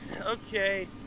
Okay